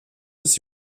bis